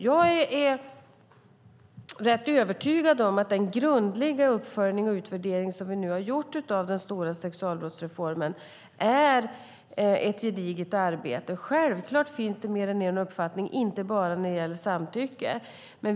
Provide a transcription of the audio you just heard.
Jag är rätt övertygad om att den grundliga uppföljning och utvärdering som vi har gjort av den stora sexualbrottsreformen är ett gediget arbete. Självklart finns det mer än en uppfattning, inte bara när det gäller samtycke.